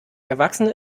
erwachsene